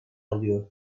alıyor